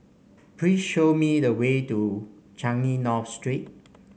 please show me the way to Changi North Street